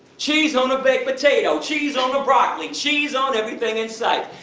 cheese on a baked potato, cheese on the broccoli, cheese on everything in sight.